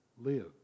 live